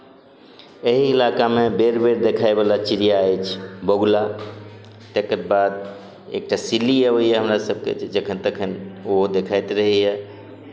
एहि इलाकामे बेर बेर देखाई बला चिरिया अछि बगुला तेकर बाद एकटा सिल्ली अबैया हमरा सबके जे जखन तखन ओहो देखैत रहैए